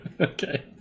Okay